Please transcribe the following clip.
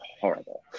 horrible